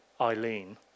Eileen